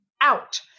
out